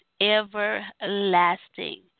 everlasting